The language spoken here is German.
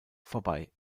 vorbei